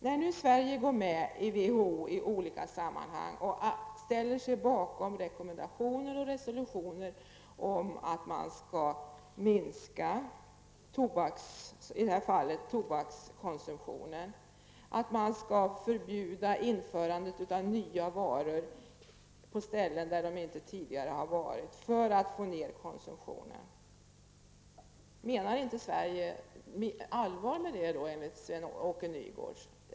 När Sverige i olika sammahang ställer sig bakom rekomendationer och resolutioner om att man i detta fall skall minska tobakskonsumtionen och förbjuda införsel av nya varor till områden där de tidigare inte har funnits, menar då Sverige inte allvar med detta enligt Sven-Åke Nygårds?